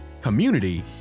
community